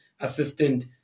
assistant